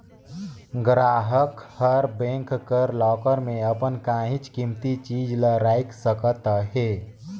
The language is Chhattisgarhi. गराहक हर बेंक कर लाकर में अपन काहींच कीमती चीज ल राएख सकत अहे